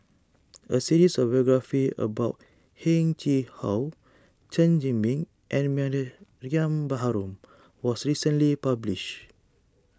a series of biographies about Heng Chee How Chen Zhiming and Mariam Baharom was recently published